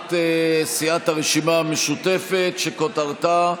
הצעת סיעת הרשימה המשותפת, שכותרתה: